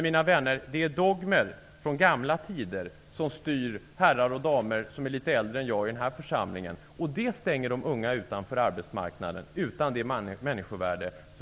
Mina vänner: Det är dogmer från gamla tider som styr herrar och damer som är litet äldre än jag i den här församligen. Det stänger de unga ute från arbetsmarknaden, utan det människovärde som